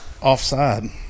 offside